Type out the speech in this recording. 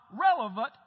relevant